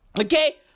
okay